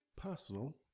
Personal